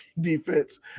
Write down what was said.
defense